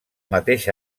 mateix